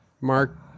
Mark